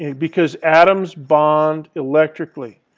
because atoms bond electrically.